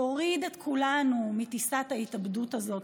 תוריד את כולנו מטיסת ההתאבדות הזאת,